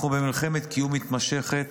אנחנו במלחמת קיום מתמשכת.